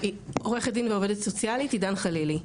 עורכת דין ועובדת סוציאלית עידן חלילי.